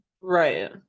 Right